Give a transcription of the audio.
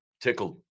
tickled